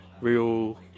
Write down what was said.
real